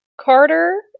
Carter